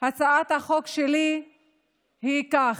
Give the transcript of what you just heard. הצעת החוק שלי היא כך: